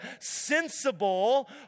sensible